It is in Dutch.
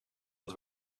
dat